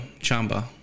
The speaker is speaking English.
chamba